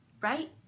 right